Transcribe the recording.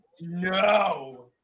No